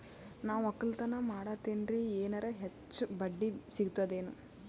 ನಾ ಒಕ್ಕಲತನ ಮಾಡತೆನ್ರಿ ಎನೆರ ಹೆಚ್ಚ ಬಡ್ಡಿ ಸಿಗತದೇನು?